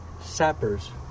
sappers